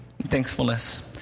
Thankfulness